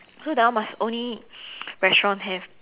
so that one must only restaurant have